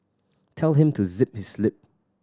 tell him to zip his lip